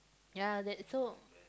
ya that so